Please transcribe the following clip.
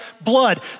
blood